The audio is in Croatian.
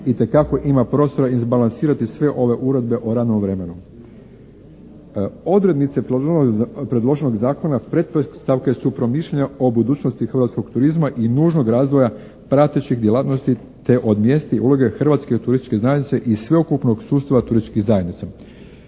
itekako ima prostora izbalansirati sve ove uredbe o radnom vremenu. Odrednice predloženog zakona pretpostavke su promišljanja o budućnosti hrvatskog turizma i nužnog razvoja pratećih djelatnosti te od mjesnih uloge hrvatske turističke zajednice i sveukupnog sustava turističkih zajednica.